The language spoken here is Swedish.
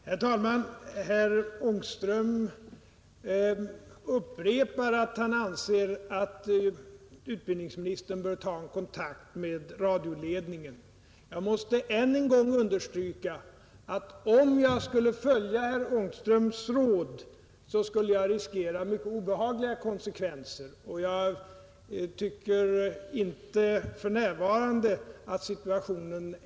Herr talman! Herr Ångström upprepar att han anser att utbildningsministern bör ta kontakt med radioledningen. Jag måste än en gång understryka att om jag skulle följa herr Ångströms råd, så skulle jag riskera mycket obehagliga konsekvenser. Jag tycker inte för närvarande risker.